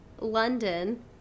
London